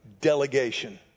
delegation